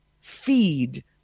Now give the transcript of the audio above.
feed